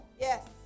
Yes